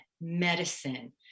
medicine